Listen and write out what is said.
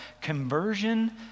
conversion